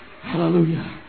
Hallelujah